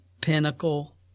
pinnacle